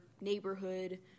neighborhood